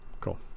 Cool